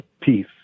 Peace